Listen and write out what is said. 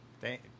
Thank